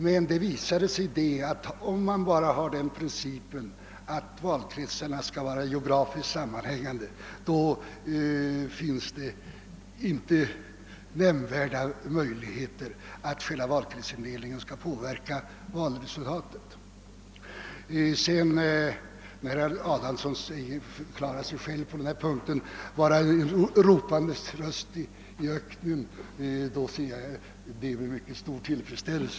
Men det visade sig att har man bara den principen att valkretsarna skall vara geografiskt sammanhängande, finns det inte några nämnvärda möjligheter till att via valkretsindelningen påverka valresultatet. När herr Adamsson på denna punkt förklarat sig vara en ropandes röst i öknen konstaterar jag detta med tillfredsställelse.